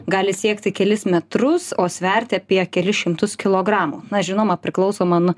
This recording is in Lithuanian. gali siekti kelis metrus o sverti apie kelis šimtus kilogramų na žinoma priklausoma n